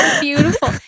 beautiful